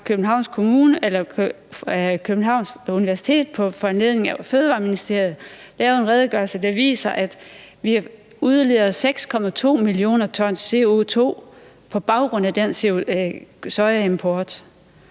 Københavns Universitet på foranledning af Fødevareministeriet lavet en redegørelse, der viser, at vi udleder 6,2 mio. t CO₂ på baggrund af den sojaimport.